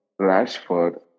Rashford